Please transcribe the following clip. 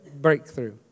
breakthrough